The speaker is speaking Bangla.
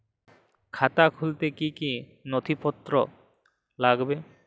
খাতা খুলতে কি কি নথিপত্র লাগবে?